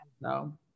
No